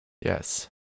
Yes